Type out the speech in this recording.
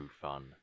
fun